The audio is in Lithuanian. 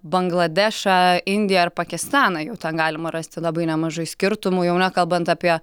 bangladešą indiją ar pakistaną jau ten galima rasti labai nemažai skirtumų jau nekalbant apie